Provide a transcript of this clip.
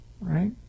right